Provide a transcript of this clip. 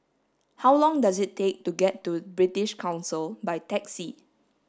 how long does it take to get to British Council by taxi